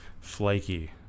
flaky